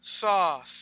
sauce